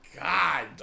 God